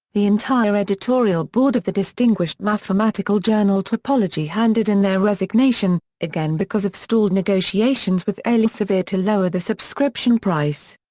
the entire editorial board of the distinguished mathematical journal topology handed in their resignation, again because of stalled negotiations with elsevier to lower the subscription price.